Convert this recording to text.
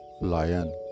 lion